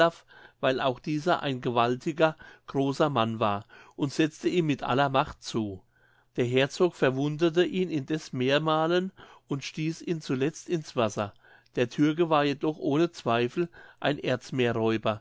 weil auch dieser ein gewaltiger großer mann war und setzte ihm mit aller macht zu der herzog verwundete ihn indeß mehrmalen und stieß ihn zuletzt ins wasser der türke war jedoch ohne zweifel ein erzmeerräuber